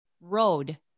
road